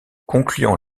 concluant